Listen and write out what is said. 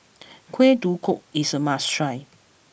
Kuih Kodok is a must try